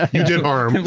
you did harm. and